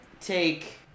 take